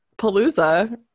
palooza